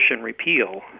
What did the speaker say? repeal